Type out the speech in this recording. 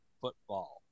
Football